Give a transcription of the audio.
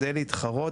כדי לתחרות,